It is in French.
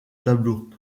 tableaux